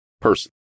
person